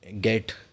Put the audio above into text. get